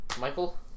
Michael